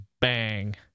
Bang